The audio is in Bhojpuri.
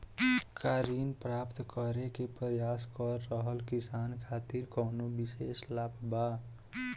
का ऋण प्राप्त करे के प्रयास कर रहल किसान खातिर कउनो विशेष लाभ बा?